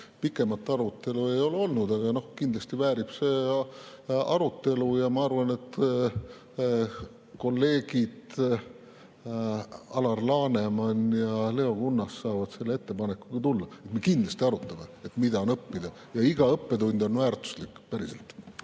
pikemat arutelu ei ole olnud. Aga kindlasti väärib see arutelu ja ma arvan, et kolleegid Alar Laneman ja Leo Kunnas saavad selle ettepanekuga tulla. Me kindlasti arutame, mida on õppida. Ja iga õppetund on väärtuslik. Päriselt!